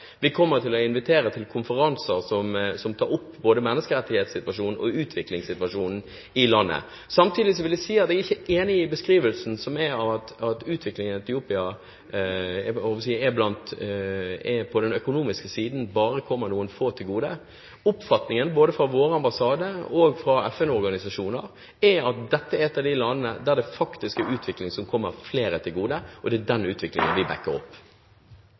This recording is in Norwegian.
både menneskerettighetssituasjonen og utviklingssituasjonen i landet. Samtidig vil jeg si at jeg ikke er enig i beskrivelsen av at utviklingen i Etiopia på den økonomiske siden bare kommer noen få til gode. Oppfatningen, både fra vår ambassade og fra FN-organisasjoner, er at dette er et av de landene der det faktisk er en utvikling som kommer flere til gode. Det er den utviklingen vi bakker opp.